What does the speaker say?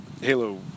Halo